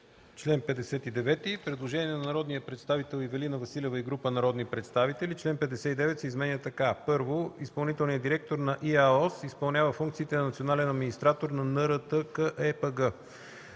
Предложение на народния представител Ивелина Василева и група народни представители: „Чл. 59 се изменя така: „Чл. 59. (1) Изпълнителният директор на ИАОС изпълнява функциите на национален администратор на НРТКЕПГ.